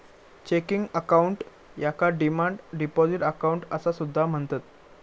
checking account याका demand deposit account असा सुद्धा म्हणतत